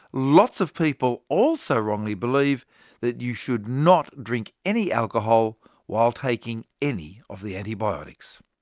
lots of people also wrongly believe that you should not drink any alcohol while taking any of the antibiotics.